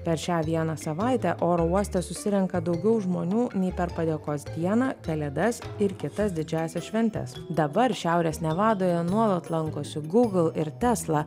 per šią vieną savaitę oro uoste susirenka daugiau žmonių nei per padėkos dieną kalėdas ir kitas didžiąsias šventes dabar šiaurės nevadoje nuolat lankosi google ir tesla